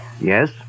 Yes